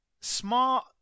smart